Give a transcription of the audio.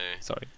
sorry